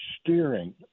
steering